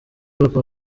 papa